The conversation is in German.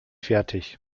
fertig